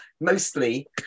mostly